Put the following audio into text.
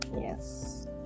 yes